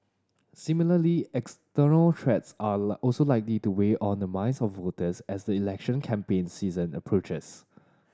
similarly external threats are also likely to weigh on the minds of voters as the election campaign season approaches